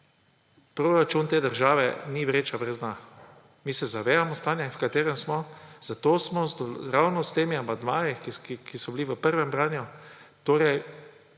proračun te države ni vreča brez dna. Mi se zavedamo stanja, v katerem smo, zato smo ravno s temi amandmaji, ki so bili v prvem branju, naredili